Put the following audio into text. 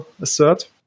assert